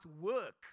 work